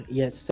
yes